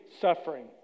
suffering